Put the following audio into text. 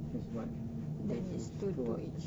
is what this is two what